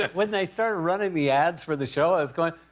when they started running the ads for the show, i was going,